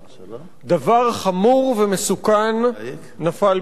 דבר חמור ומסוכן נפל בישראל.